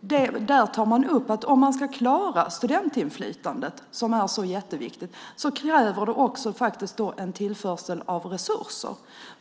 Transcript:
Där tar man nämligen upp att om man ska klara studentinflytandet, som är så jätteviktigt, krävs det faktiskt en tillförsel av resurser.